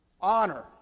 honor